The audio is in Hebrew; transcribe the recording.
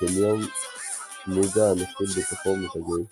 וקניון מודה המכיל בתוכו מותגי יוקרה.